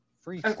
free